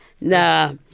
Nah